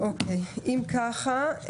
אם כך,